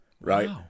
Right